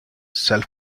self